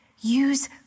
Use